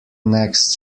next